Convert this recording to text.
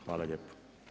Hvala lijepo.